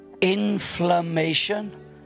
inflammation